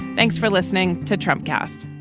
thanks for listening to trump cast